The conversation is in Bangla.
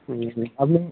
হুম হুম আপনি